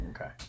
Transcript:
Okay